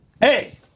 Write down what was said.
Hey